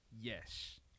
Yes